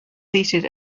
seated